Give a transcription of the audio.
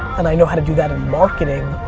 and i know how to do that in marketing